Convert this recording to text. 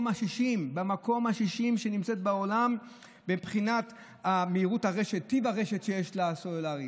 ה-60 בעולם מבחינת מהירות הרשת וטיב הרשת הסלולרית שיש לה.